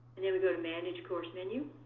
and then we go to manage course menu